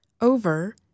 over